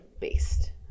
based